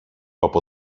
από